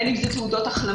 בין אם אלה תעודות החלמה,